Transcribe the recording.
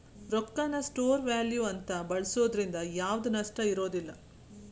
ರೊಕ್ಕಾನ store value ಅಂತ ಬಳ್ಸೋದ್ರಿಂದ ಯಾವ್ದ್ ನಷ್ಟ ಇರೋದಿಲ್ಲ